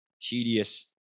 tedious